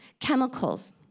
chemicals